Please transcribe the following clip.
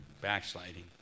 backsliding